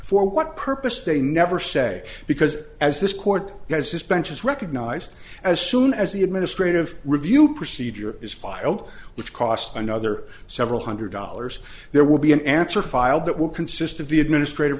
for what purpose they never say because as this court has his bench is recognized as soon as the administrative review procedure is filed which costs another several hundred dollars there will be an answer filed that will consist of the administrat